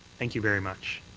thank you very much.